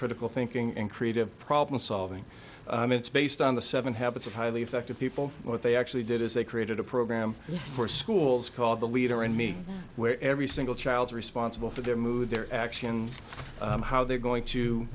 critical thinking and creative problem solving it's based on the seven habits of highly effective people what they actually did is they created a program for schools called the leader in me where every single child is responsible for their mood their actions how they're going to